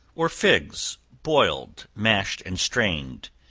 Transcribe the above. or figs boiled, mashed and strained,